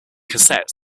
cassettes